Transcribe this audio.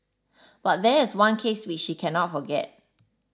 but there is one case which she cannot forget